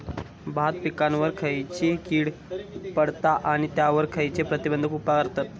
भात पिकांवर खैयची कीड पडता आणि त्यावर खैयचे प्रतिबंधक उपाय करतत?